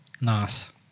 Nice